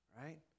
right